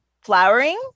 flowering